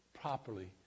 properly